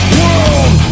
world